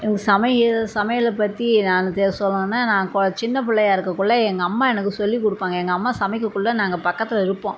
எனக்கு சமையல் சமையலை பற்றி நான் த சொல்லணுன்னா நான் கொ சின்னப்பிள்ளையா இருக்கக்குள்ள எங்கள் அம்மா எனக்கு சொல்லிக் கொடுப்பாங்க எங்கள் அம்மா சமைக்கக்குள்ள நாங்கள் பக்கத்தில் இருப்போம்